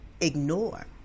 ignore